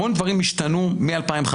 המון דברים השתנו מ-2015.